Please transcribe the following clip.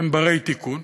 הם בני-תיקון,